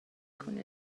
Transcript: cun